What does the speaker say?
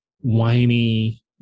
whiny